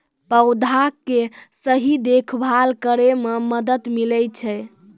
पौधा के सही देखभाल करै म मदद मिलै छै